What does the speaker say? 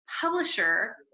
publisher